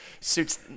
suits